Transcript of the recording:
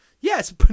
Yes